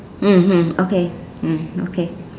mmhmm okay mm okay